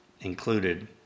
included